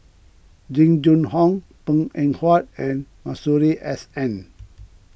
Jing Jun Hong Png Eng Huat and Masuri S N